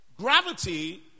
Gravity